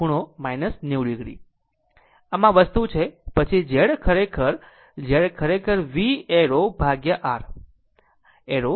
આમ આ આ વસ્તુ છે પછી Z ખરેખર Z ખરેખર V એરો ભાગ્યા r I એરો